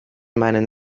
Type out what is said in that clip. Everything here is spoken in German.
meinen